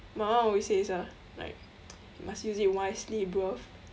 my mum always say it's a like you must use it wisely bro